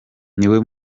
niwe